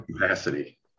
capacity